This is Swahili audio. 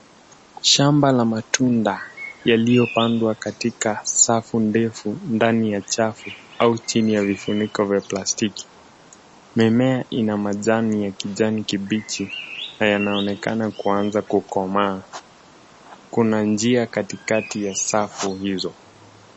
Shamba la matunda yaliyopandwa katika safu ndefu katika chafu au chini ya vifuniko vya plastiki. Mimea ina majani ya kijani kibichi na yanaonekana kuanza kukomaa. Kuna njia katikati ya safu hizo.